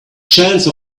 chance